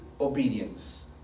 obedience